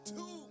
Two